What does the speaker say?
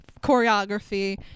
choreography